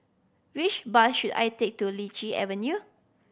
which bus should I take to Lichi Avenue